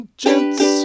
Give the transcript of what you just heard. gents